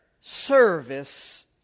service